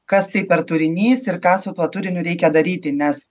kas tai per turinys ir ką su tuo turiniu reikia daryti nes